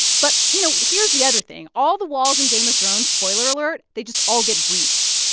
but, you know, here's the other thing. all the walls in game of thrones spoiler alert they just all get breached.